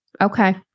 Okay